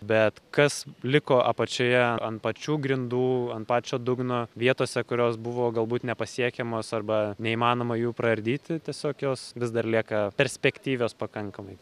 bet kas liko apačioje ant pačių grindų ant pačio dugno vietose kurios buvo galbūt nepasiekiamos arba neįmanoma jų praardyti tiesiog jos vis dar lieka perspektyvios pakankamai